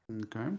Okay